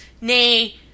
nay